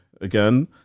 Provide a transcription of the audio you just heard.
again